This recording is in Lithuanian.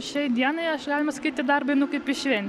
šiai dienai aš galima sakyt į darbą einu kaip į šven